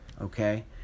Okay